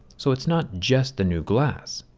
so it's not just the new glass.